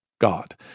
God